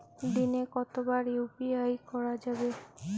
দিনে কতবার ইউ.পি.আই করা যাবে?